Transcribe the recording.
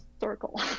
circle